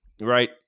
right